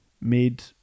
made